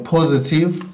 Positive